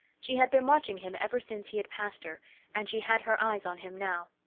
she had been watching him ever since he had passed her and she had her eyes on him now.